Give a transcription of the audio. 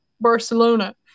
Barcelona